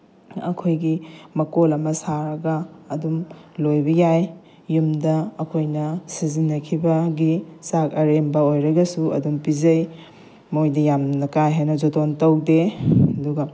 ꯑꯩꯈꯣꯏꯒꯤ ꯃꯀꯣꯜ ꯑꯃ ꯁꯥꯔꯒ ꯑꯗꯨꯝ ꯂꯣꯏꯕ ꯌꯥꯏ ꯌꯨꯝꯗ ꯑꯩꯈꯣꯏꯅ ꯁꯤꯖꯤꯟꯅꯈꯤꯕꯒꯤ ꯆꯥꯛ ꯑꯔꯦꯝꯕ ꯑꯣꯏꯔꯒꯁꯨ ꯑꯗꯨꯝ ꯄꯤꯖꯩ ꯃꯣꯏꯗꯤ ꯌꯥꯝ ꯀꯥ ꯍꯦꯟꯅ ꯖꯣꯇꯣꯟ ꯇꯧꯗꯦ ꯑꯗꯨꯒ